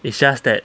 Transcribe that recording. it's just that